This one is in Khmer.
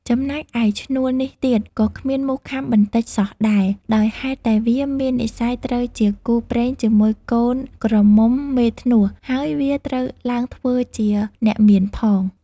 ចំណែកឯឈ្នួលនេះទៀត ក៏គ្មានមូសខាំបន្តិចសោះដែរ ដោយហេតុតែវាមាននិស្ស័យត្រូវជាគូព្រេងជាមួយកូនក្រមុំមេធ្នស់ ហើយវាត្រូវឡើងធ្វើជាអ្នកមានផង។